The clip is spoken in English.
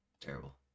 terrible